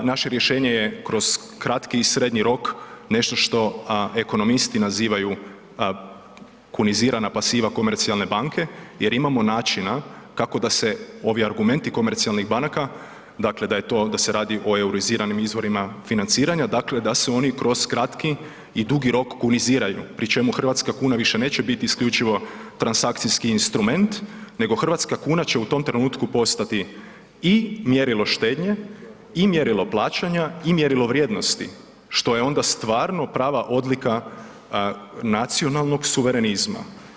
Naše rješenje je kroz kratki i srednji rok nešto što ekonomisti nazivaju kunizirana pasiva komercijalne banke jer imamo načina kako da se ovi argumenti komercijalnih banaka, dakle da je to, da se radi o euroziranim izvorima financiranja, dakle da se oni kroz kratki i dugi rok kuniziraju, pri čemu hrvatska kuna više neće biti isključivo transakcijski instrument, nego hrvatska kuna će u tom trenutku postati i mjerilo štednje i mjerilo plaćanja i mjerilo vrijednosti, što je onda stvarno prava odlika nacionalnog suverenizma.